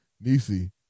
Nisi